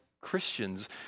Christians